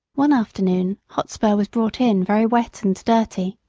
one afternoon hotspur was brought in very wet and dirty.